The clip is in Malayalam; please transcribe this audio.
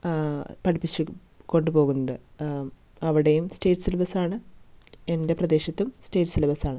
പഠിപ്പിച്ചു കൊണ്ടുപോകുന്നത് അവടേയും സ്റ്റേറ്റ് സിലബസ് ആണ് എന്റെ പ്രദേശത്തും സ്റ്റേറ്റ് സിലബസ് ആണ്